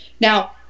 Now